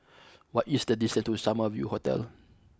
what is the distance to Summer View Hotel